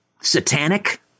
Satanic